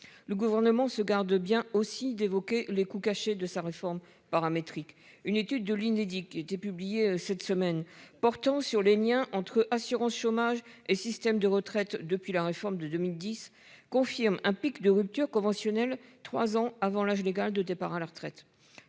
Le gouvernement se garde bien aussi d'évoquer les coûts cachés de sa réforme paramétrique. Une étude de l'Unédic qui était publié cette semaine, portant sur les Liens entre assurance chômage et système de retraite. Depuis la réforme de 2010, confirme un pic de rupture conventionnelle, 3 ans avant l'âge légal de départ à la retraite.